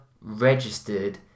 registered